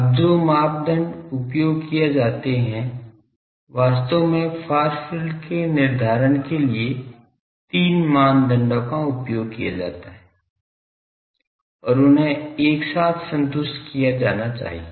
अब जो मापदंड उपयोग किया जाते है वास्तव में फार फील्ड के निर्धारण के लिए तीन मानदंडों का उपयोग किया जाता है और उन्हें एक साथ संतुष्ट किया जाना चाहिए